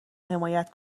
حمایت